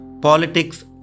politics